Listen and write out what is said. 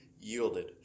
yielded